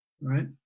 right